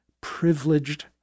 privileged